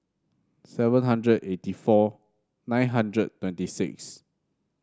seven hundred eighty four nine hundred twenty six